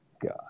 God